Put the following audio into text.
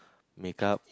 makeup